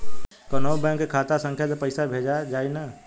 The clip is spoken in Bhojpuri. कौन्हू बैंक के खाता संख्या से पैसा भेजा जाई न?